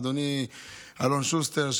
אדוני אלון שוסטר,